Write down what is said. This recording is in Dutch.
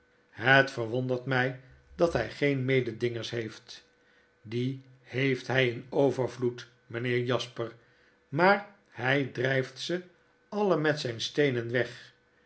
elet verwondert mij dat hij geen mededingers heeft die heeft hij in overvloed mijnheer jasper maar hij drijft ze alle met zijn steenen weg